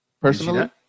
Personally